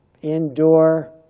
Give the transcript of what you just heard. Endure